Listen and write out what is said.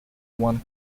won